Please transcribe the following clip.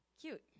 cute